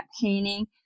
painting